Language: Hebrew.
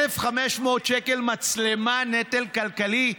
1,500 שקל מצלמה, נטל כלכלי?